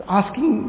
asking